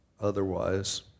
otherwise